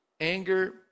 anger